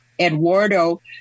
Eduardo